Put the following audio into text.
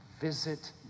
Visit